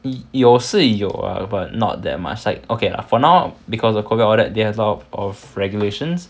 有是有 lah but not that much like okay lah for now because of COVID all that they have a lot of of regulations